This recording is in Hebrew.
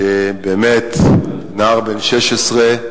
שבאמת, נער בן 16,